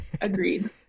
Agreed